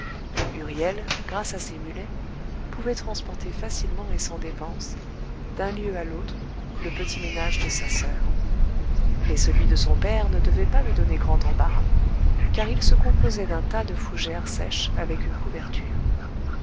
huriel grâce à ses mulets pouvait transporter facilement et sans dépense d'un lieu à l'autre le petit ménage de sa soeur mais celui de son père ne devait pas lui donner grand embarras car il se composait d'un tas de fougères sèches avec une couverture